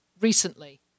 recently